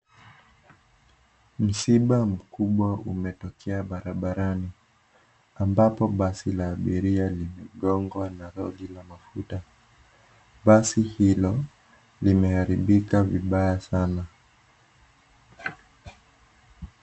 Msiba mkubwa umetokea barabarani, ambapo basi la abiria lilmegongwa na lori la mafuta. Basi hilo limeharibika vibaya sana.